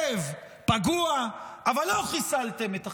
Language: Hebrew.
כואב, פגוע, אבל לא חיסלתם את החיזבאללה.